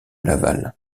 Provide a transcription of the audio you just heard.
laval